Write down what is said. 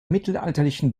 mittelalterlichen